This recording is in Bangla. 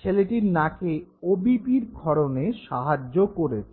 ছেলেটির নাকে ওবিপি'র ক্ষরণে সাহায্য করেছে